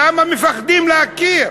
למה מפחדים להכיר?